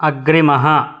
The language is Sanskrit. अग्रिमः